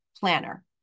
planner